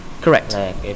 correct